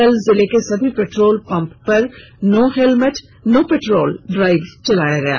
कल जिले के सभी पेट्रोल पंप पर no helmet no petrol drive चलाया जाएगा